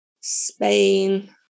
Spain